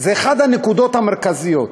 אחת הנקודות המרכזיות.